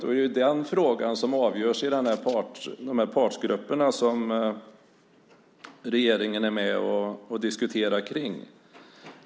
Det är ju den frågan som avgörs i de partsgrupper som regeringen är med och diskuterar kring.